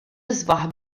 isbaħ